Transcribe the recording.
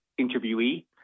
interviewee